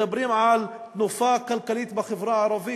מדברים על תנופה כלכלית בחברה הערבית.